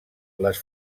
les